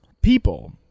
people